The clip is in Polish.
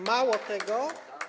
Mało tego.